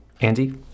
Andy